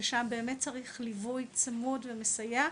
ששם באמת צריך ליווי צמוד ומסייע,